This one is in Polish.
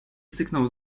syknął